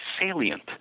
salient